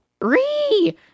Re